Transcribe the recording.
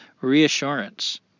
reassurance